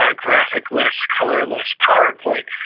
ah graphic-less, colorless powerpoint,